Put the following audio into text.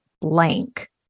blank